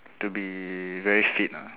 to be very fit lah